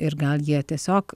ir gal jie tiesiog